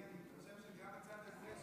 אדוני היושב-ראש,